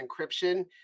encryption